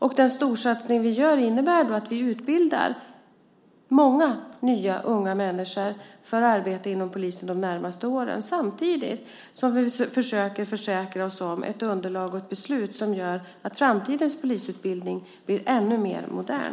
Och den storsatsning som vi gör innebär att vi utbildar många nya unga människor för arbete inom polisen de närmaste åren samtidigt som vi försöker försäkra oss om ett underlag och ett beslut som gör att framtidens polisutbildning blir ännu mer modern.